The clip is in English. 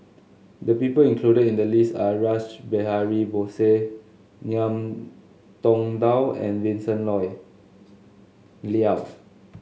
the people included in the list are Rash Behari Bose Ngiam Tong Dow and Vincent Leow